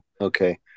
Okay